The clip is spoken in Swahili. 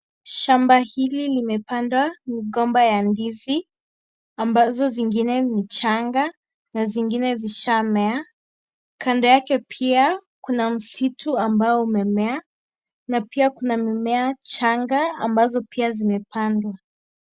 Shamba hili limepandwa migomba ya ndizi ambazo zingine ni changa na zingine zishamea. Kando yake pia kuna msitu ambao umemea na pia kuna mimea changa ambazo pia zimepandwa.